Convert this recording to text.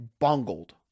bungled